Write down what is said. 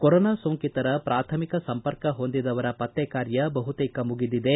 corona ಸೋಂಕಿತರ ಪ್ರಾಥಮಿಕ ಸಂಪರ್ಕ ಹೊಂದಿದವರ ಪತ್ತೆ ಕಾರ್ಯ ಬಹುತೇಕ ಮುಗಿದಿದೆ